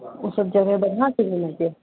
ओ सब जगह देखने छियै घुमिके